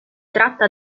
tratta